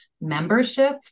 membership